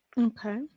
Okay